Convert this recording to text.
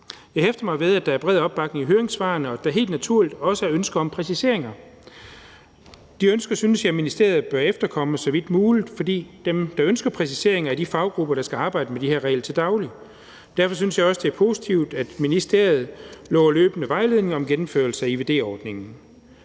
Jeg hæfter mig ved, at der er bred opbakning i høringssvarene, og at der helt naturligt også er ønsker om præciseringer. De ønsker synes jeg ministeriet bør efterkomme så vidt muligt, for dem, der ønsker præcisering, er de faggrupper, der skal arbejde med de her regler til daglig. Derfor synes jeg også, det er positivt, at ministeriet lover løbende vejledning om gennemførelse af IVD-forordningen.